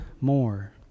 more